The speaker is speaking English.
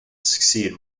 succeed